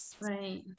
right